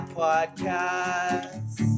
podcast